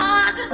God